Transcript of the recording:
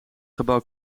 gebouw